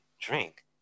drink